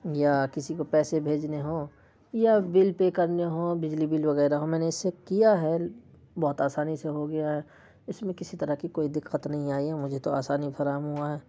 یا کسی کو پیسے بھیجنے ہوں یا بل پے کرنے ہوں بجلی بل وغیرہ ہو میں نے اس سے کیا ہے بہت آسانی سے ہو گیا ہے اس میں کسی طرح کی کوئی دقت نہیں آئی ہے مجھے تو آسانی فراہم ہوا ہے